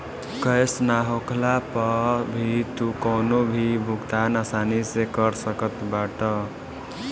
cash ना होखला पअ भी तू कवनो भी भुगतान आसानी से कर सकत बाटअ